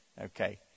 Okay